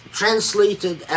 translated